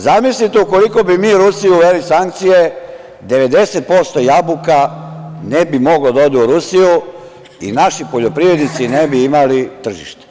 Zamislite ukoliko bi mi Rusiji uveli sankcije, 90% jabuka ne bi moglo da ode u Rusiju i naši poljoprivrednici ne bi imali tržište.